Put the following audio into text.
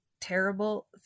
terrible